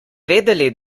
vedeli